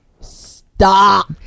stop